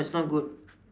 it's not good